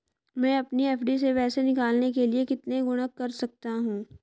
मैं अपनी एफ.डी से पैसे निकालने के लिए कितने गुणक कर सकता हूँ?